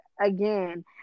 again